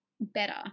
better